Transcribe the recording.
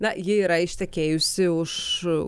na ji yra ištekėjusi už